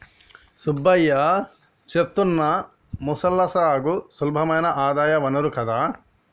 సుబ్బయ్య చేత్తున్న మొసళ్ల సాగు సులభమైన ఆదాయ వనరు కదా